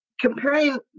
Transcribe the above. comparing